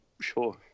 sure